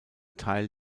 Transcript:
teil